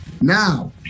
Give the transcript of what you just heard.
Now